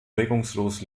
regungslos